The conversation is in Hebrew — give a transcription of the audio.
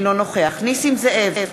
אינו נוכח נסים זאב,